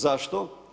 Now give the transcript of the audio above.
Zašto?